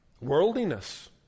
worldliness